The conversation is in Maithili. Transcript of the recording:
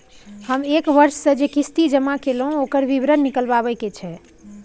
हम एक वर्ष स जे किस्ती जमा कैलौ, ओकर विवरण निकलवाबे के छै?